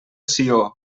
sió